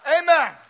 Amen